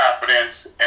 confidence